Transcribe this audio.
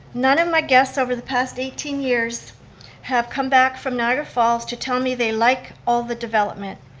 none of my guests over the past eighteen years have come back from niagara falls to tell me they like all the development.